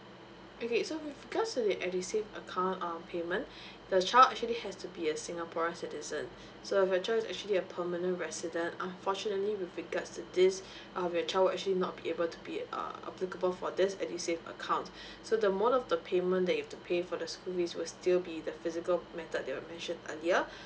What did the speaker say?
okay so with regards to the edusave account err payment the child actually has to be a singaporean citizen so if you child is actually a permanent resident unfortunately with regard to this um you child will actually not be able to be err applicable for this edusave account so the amount of the payment you have to pay for the school fees would still be the physical method that I've mentioned earlier